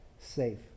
safe